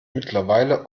mittlerweile